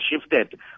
shifted